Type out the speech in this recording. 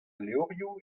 levrioù